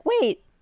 wait